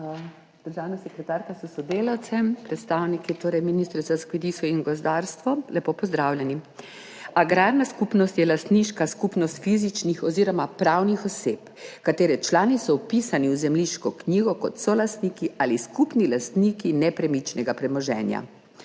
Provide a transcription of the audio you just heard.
državna sekretarka s sodelavcem, predstavniki Ministrstva za kmetijstvo in gozdarstvo, lepo pozdravljeni! Agrarna skupnost je lastniška skupnost fizičnih oziroma pravnih oseb, katere člani so vpisani v Zemljiško knjigo kot solastniki ali skupni lastniki nepremičnega premoženja.